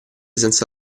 senza